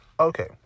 Okay